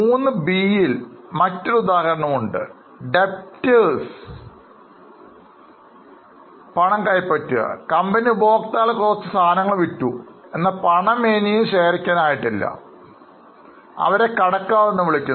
3 B യിൽ മറ്റൊരുദാഹരണം ഉണ്ട് Debtors പണം കൈപ്പറ്റുക കമ്പനി ഉപഭോക്താക്കൾക്ക് കുറച്ച് സാധനങ്ങൾ വിറ്റു എന്നാൽ പണം ഇനിയും ശേഖരിക്കാൻ ആയിട്ടില്ല അവരെ കടക്കാർ എന്ന് വിളിക്കുന്നു